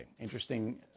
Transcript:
interesting